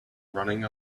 running